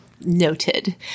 Noted